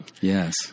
Yes